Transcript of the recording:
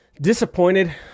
disappointed